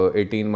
18